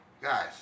guys